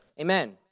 Amen